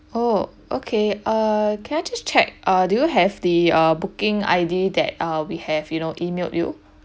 oh okay uh can I just check uh do you have the err booking I D that uh we have you know emailed you